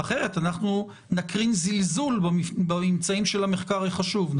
אחרת אנחנו נקרין זלזול בממצאים של המחקר החשוב.